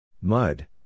Mud